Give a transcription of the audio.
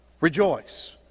rejoice